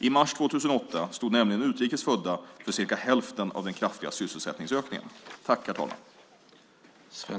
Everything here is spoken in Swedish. I mars 2008 stod nämligen utrikes födda för cirka hälften av den kraftiga sysselsättningsökningen.